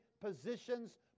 positions